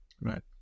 Right